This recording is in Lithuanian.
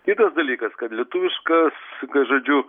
kitas dalykas kad lietuviškas kad žodžiu